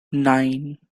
nine